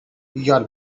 your